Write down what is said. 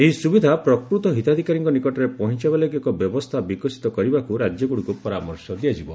ଏହି ସୁବିଧା ପ୍ରକୃତ ହିତାଧିକାରୀଙ୍କ ନିକଟରେ ପହଞ୍ଚାଇବା ଲାଗି ଏକ ବ୍ୟବସ୍ଥା ବିକଶିତ କରିବାକୁ ରାଜ୍ୟଗ୍ରଡ଼ିକୁ ପରାମର୍ଶ ଦିଆଯିବ